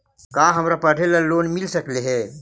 का हमरा पढ़े ल लोन मिल सकले हे?